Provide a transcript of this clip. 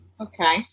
Okay